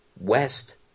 West